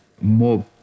more